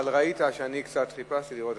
ואני בא מאותו מקום שמתייחס בראש ובראשונה לחיילי צה"ל,